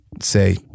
say